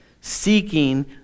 seeking